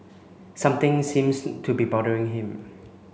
something seems to be bothering him